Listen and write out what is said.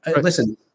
Listen